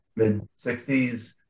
mid-60s